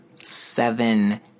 seven